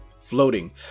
floating